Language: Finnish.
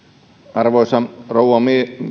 arvoisa rouva